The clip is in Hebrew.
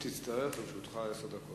אם תצטרך, לרשותך עשר דקות.